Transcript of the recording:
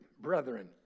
brethren